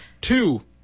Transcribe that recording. two